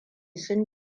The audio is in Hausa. sun